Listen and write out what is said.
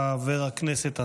חבר הכנסת,